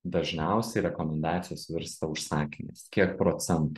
dažniausiai rekomendacijos virsta užsakymu kiek procentų